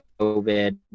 COVID